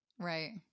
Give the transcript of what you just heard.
Right